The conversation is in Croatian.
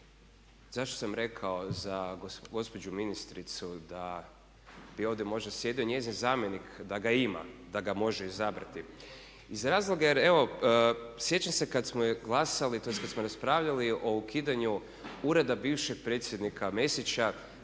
zašto sam rekao za gospođu ministricu da bi ovdje možda sjedio njezin zamjenik da ga ima, da ga može izabrati. Iz razloga jer evo sjećam se kad smo glasali tj. kad smo raspravljali o ukidanju Ureda bivšeg predsjednika Mesića